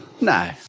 No